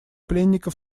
пленника